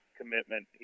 commitment